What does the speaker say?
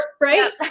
Right